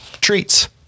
treats